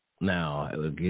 Now